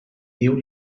diu